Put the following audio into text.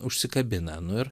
užsikabina nu ir